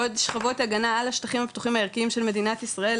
עוד שכבות הגנה על השטחים הפתוחים הערכיים של מדינת ישראל,